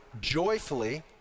joyfully